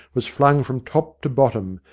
was flung from top to bottom,